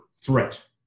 threat